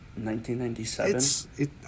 1997